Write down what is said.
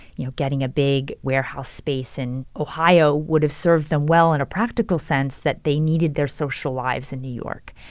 you know, getting a big warehouse space in ohio would have served them well in a practical sense, that they needed their social lives in new york.